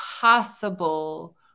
possible